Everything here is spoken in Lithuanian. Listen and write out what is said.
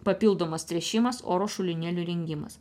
papildomas tręšimas oro šulinėlių rengimas